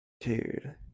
Dude